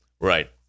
Right